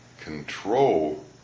control